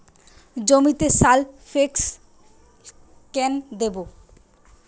জমিতে সালফেক্স কেন দেবো?